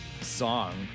song